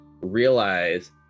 realize